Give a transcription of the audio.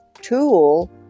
tool